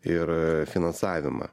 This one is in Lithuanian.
ir finansavimą